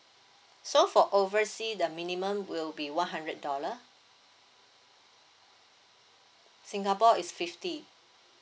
so for overseas the minimum will be one hundred dollar singapore is fifty